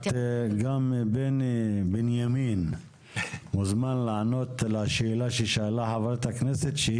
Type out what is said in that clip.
גם בנימין מוזמן לענות לשאלה ששאלה חברת הכנסת,